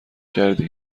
کردی